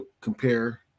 compare